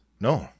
no